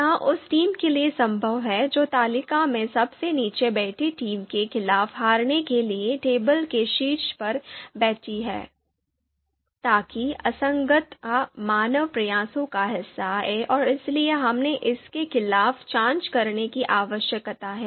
यह उस टीम के लिए संभव है जो तालिका में सबसे नीचे बैठी टीम के खिलाफ हारने के लिए टेबल के शीर्ष पर बैठी है ताकि असंगतता मानव प्रयासों का हिस्सा है और इसलिए हमें इसके खिलाफ जांच करने की आवश्यकता है